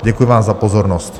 Děkuji vám za pozornost.